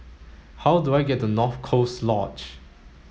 how do I get to North Coast Lodge